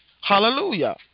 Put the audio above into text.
Hallelujah